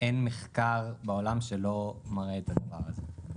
אין מחקר בעולם שלא מראה את הדבר הזה.